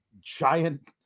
giant